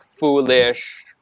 foolish